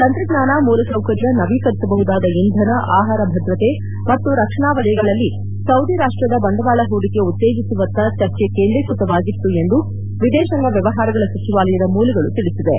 ತಂತ್ರಜ್ಞಾನ ಮೂಲಸೌಕರ್ಯ ನವೀಕರಿಸಬಹುದಾದ ಇಂಧನ ಆಹಾರ ಭದ್ರತೆ ರಕ್ಷಣಾ ವಲಯಗಳಲ್ಲಿ ಸೌದಿ ರಾಷ್ಕ್ರದ ಬಂಡವಾಳ ಹೂಡಿಕೆ ಉತ್ತೇಜಿಸುವತ್ತ ಚರ್ಚೆ ಕೇಂದ್ರೀಕ್ವತವಾಗಿತ್ತು ಎಂದು ವಿದೇಶಾಂಗ ವ್ಯವಹಾರಗಳ ಸಚಿವಾಲಯದ ಮೂಲಗಳು ತಿಳಿಸಿವೆ